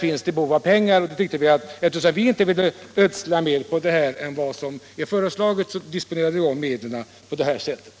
Vi ansåg det alltså inte nödvändigt att anslå mera pengar totalt sett utan att det i stället kunde göras en omdisposition.